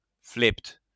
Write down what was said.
flipped